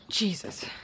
Jesus